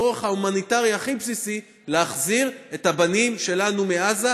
הצורך ההומניטרי הכי בסיסי: להחזיר את הבנים שלנו מעזה.